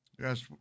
Yes